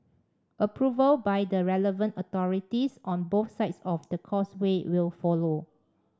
approval by the relevant authorities on both sides of the Causeway will follow